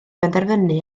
benderfynu